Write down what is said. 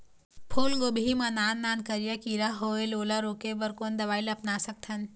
फूलगोभी मा नान नान करिया किरा होयेल ओला रोके बर कोन दवई ला अपना सकथन?